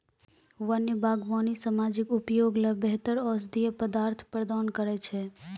वन्य बागबानी सामाजिक उपयोग ल बेहतर औषधीय पदार्थ प्रदान करै छै